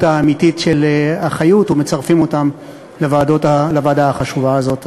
האמיתית של אחיות ומצרפים אותן לוועדה החשובה הזאת.